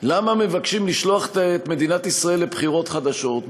למה מבקשים לשלוח את מדינת ישראל לבחירות חדשות,